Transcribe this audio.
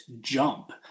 jump